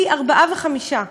פי-ארבעה או פי-חמישה.